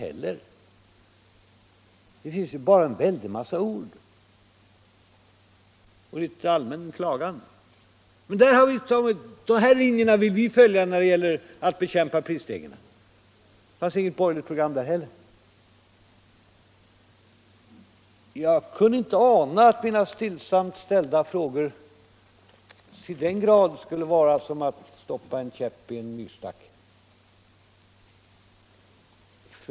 Under debatten i dag har jag funnit att det finns inget borgerligt program på det området heller. Det finns bara en väldig massa ord och en allmän klagan. Jag kunde inte ana att mina stillsamt ställda frågor till den grad skulle vara som att sticka en käpp i en myrstack.